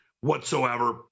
whatsoever